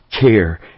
care